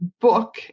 book